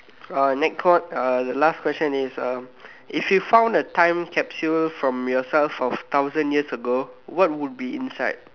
uh next one uh the last question is um if you found a time capsule from yourself of thousand years ago what would be inside